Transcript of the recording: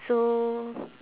so